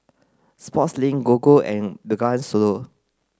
Sportslink Gogo and Bengawan Solo